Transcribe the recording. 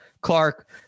Clark